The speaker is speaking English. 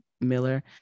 Miller